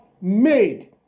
made